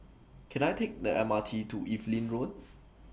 Can I Take The M R T to Evelyn Road